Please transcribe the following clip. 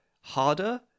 harder